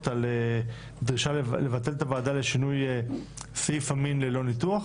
על הדרישה לשינוי סעיף המין ללא ניתוח